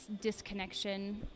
disconnection